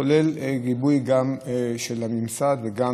כולל גיבוי של הממסד ושל